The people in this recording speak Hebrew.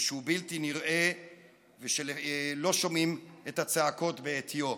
ושהוא בלתי נראה ושלא שומעים את הצעקות בעטיו.